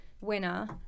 winner